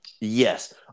Yes